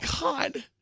God